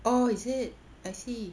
oh is it I see